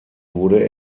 wurde